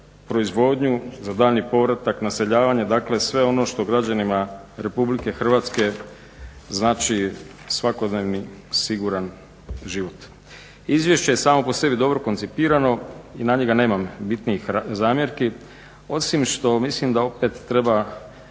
proizvodnju, za daljnji povratak, naseljavanje, dakle sve ono što građanima RH znači svakodnevni siguran život. Izvješće je samo po sebi dobro koncipirano i na njega nemam bitnih zamjerki osim što mislim da opet treba,